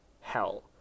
hell